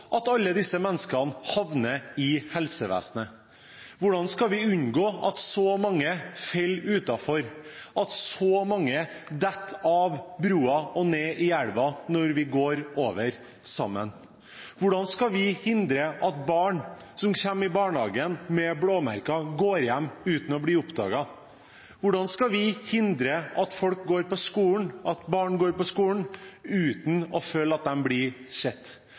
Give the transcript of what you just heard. at alle disse menneskene havner i helsevesenet? Hvordan skal vi unngå at så mange faller utenfor, at så mange faller ned fra brua og ned i elven, når vi går over sammen? Hvordan skal vi hindre at barn som kommer i barnehagen med blåmerker, går hjem uten at blåmerkene blir oppdaget? Hvordan skal vi hindre at barn går på skolen og føler at de ikke blir sett?